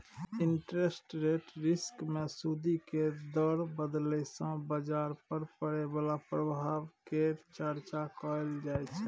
interest rate risk मे सूदि केर दर बदलय सँ बजार पर पड़य बला प्रभाव केर चर्चा कएल जाइ छै